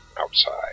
outside